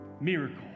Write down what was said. miracle